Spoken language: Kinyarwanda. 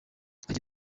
agira